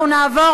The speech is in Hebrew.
אנחנו נעבור